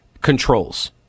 controls